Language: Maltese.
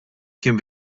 kien